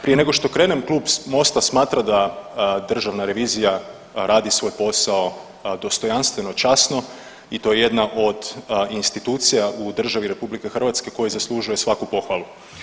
Prije nego što krenem, Klub Mosta smatra da državna revizija radi svoj posao dostojanstveno, časno i to je jedna od institucija u državi RH koja zaslužuje svaku pohvalu.